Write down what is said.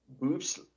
boobs